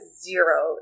zero